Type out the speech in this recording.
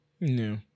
No